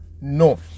No